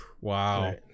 Wow